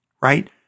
right